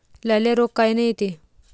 लाल्या रोग कायनं येते?